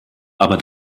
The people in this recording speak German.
aber